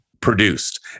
produced